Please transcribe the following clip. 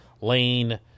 lane